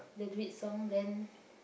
the duet song then